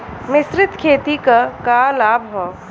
मिश्रित खेती क का लाभ ह?